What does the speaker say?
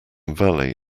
valley